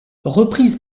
reprise